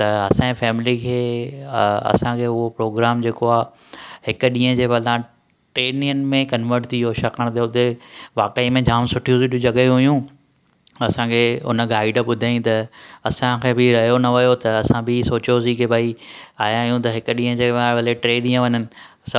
त असांजी फैमिली खे असांखे उहो प्रोग्राम जेको आहे हिकु ॾींहं जे बदलां तव्हां टिनि ॾींहं में कंवर्ट थी वियो छाकाणि त हुते वाकई में जामु सुठियूं सुठियूं जॻहि हुयूं असांखे उन गाइड ॿुधायईं त असां खे बि रहियो न वियो त असां बि सोचियोसीं की भई आया आहियूं त हिकु ॾींहं जी बदले टे ॾींहं बि वञणु सभु